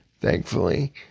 thankfully